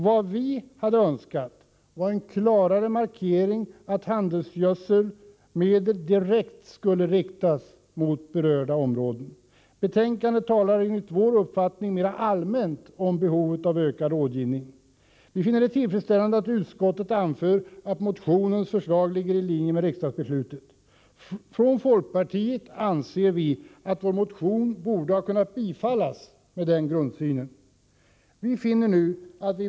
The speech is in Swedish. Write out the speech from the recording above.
Vad vi hade önskat är en klarare markering av att handelsgödselmedel direkt skulle riktas mot berörda områden. I betänkandet talas enligt vår uppfattning mer allmänt om behovet av ökad rådgivning. Vi finner det tillfredsställande att utskottet anför att motionens förslag ligger i linje med riksdagsbeslutet. Från folkpartiets sida anser vi att vår motion med denna grundsyn borde ha kunnat bifallas.